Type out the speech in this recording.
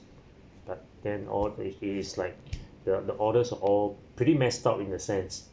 but then all it is like the the orders still pretty messed up in a sense